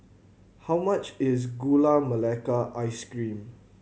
how much is Gula Melaka Ice Cream